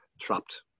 trapped